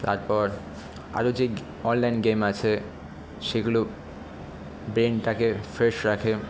তারপর আরও যে অনলাইন গেম আছে সেগুলো ব্রেনটাকে ফ্রেশ রাখে